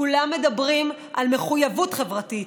כולם מדברים על מחויבות חברתית.